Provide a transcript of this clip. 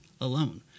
alone